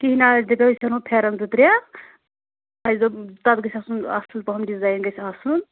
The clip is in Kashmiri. کِہیٖنۍ نہَ حظ اَسہِ دپیٛاو أسۍ اَنو پھٮ۪رَن زٕ ترٛےٚ اَسہِ دوٚپ تَتھ گژھِ آسُن اَصٕل پَہم ڈِزایِن گژھِ آسُن